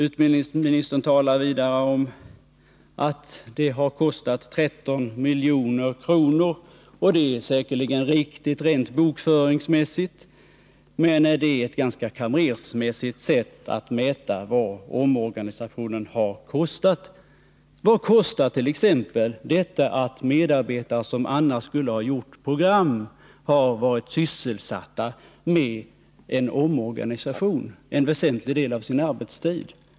Han talade vidare om att den har kostat 13 milj.kr., och det är säkerligen riktigt rent bokföringsmässigt, men det är ett ganska kamrersmässigt sätt att mäta vad omorganisationen har kostat. Vad kostar det t.ex. att medarbetare som annars skulle ha gjort program har varit sysselsatta med omorganisation en väsentlig del av sin arbetstid?